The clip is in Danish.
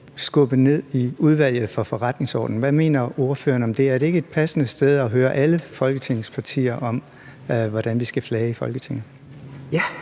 flyttet over i Udvalget for Forretningsordenen. Hvad mener ordføreren om det? Er det ikke et passende sted at høre alle Folketingets partier om, hvordan vi skal flage i Folketinget?